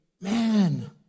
man